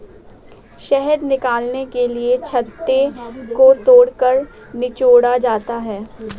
शहद निकालने के लिए छत्ते को तोड़कर निचोड़ा जाता है